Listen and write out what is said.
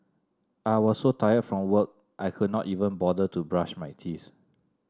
I was so tired from work I could not even bother to brush my teeth